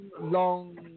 long